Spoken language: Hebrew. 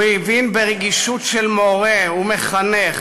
הוא הבין ברגישות של מורה ומחנך